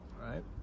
right